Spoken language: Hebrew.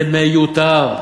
זה מיותר.